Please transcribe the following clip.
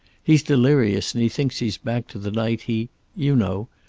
he's delirious, and he thinks he's back to the night he you know.